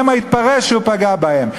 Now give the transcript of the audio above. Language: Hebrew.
שמא יתפרש שהוא פגע בהן.